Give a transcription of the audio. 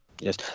Yes